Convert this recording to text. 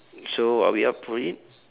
so are we up for it